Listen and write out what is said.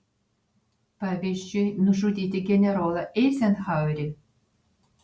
pavyzdžiui nužudyti generolą eizenhauerį